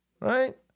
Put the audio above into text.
right